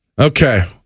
Okay